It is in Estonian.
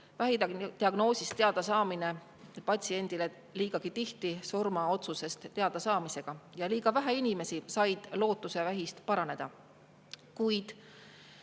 vähidiagnoosist teadasaamine patsiendi jaoks liigagi tihti surmaotsusest teadasaamist ja liiga vähe inimesi said lootust vähist paraneda. Kuid